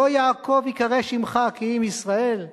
לא יעקב ייקרא שמך כי אם ישראל.